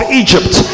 egypt